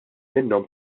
minnhom